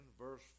verse